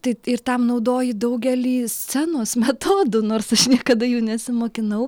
tai ir tam naudoju daugelį scenos metodų nors aš niekada jų nesimokinau